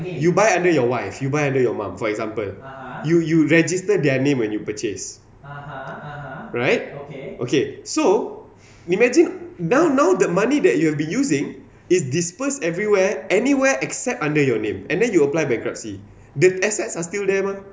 you buy under your wife you buy under your mum for example you you register their name when you purchase right okay so imagine now now the money that you have been using is disbursed everywhere anywhere except under your name and then you apply bankruptcy the assets are still there mah